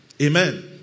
Amen